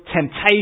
temptation